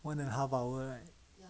one and a half hour right